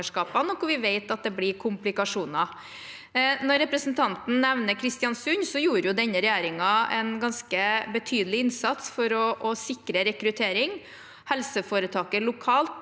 der vi vet at det blir komplikasjoner. Representanten nevner Kristiansund, og denne regjeringen gjorde en ganske betydelig innsats for å sikre rekruttering. Helseforetaket lokalt